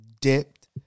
dipped